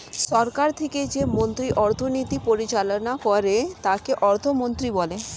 সরকার থেকে যে মন্ত্রী অর্থনীতি পরিচালনা করে তাকে অর্থমন্ত্রী বলে